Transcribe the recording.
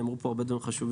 נאמרו פה הרבה דברים חשובים,